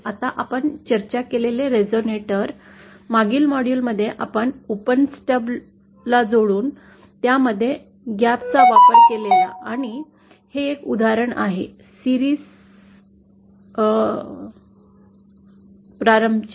आता आपण चर्चा केलेले रेझोनरेटर मागील मॉड्यूलमध्ये आपण ओपन स्टब ला जोडून त्या मध्ये ग्याप ने चा वापर केलेला आणि हे एक उदाहरण आहे मालिका प्रारंभ चे